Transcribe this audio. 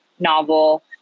novel